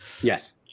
yes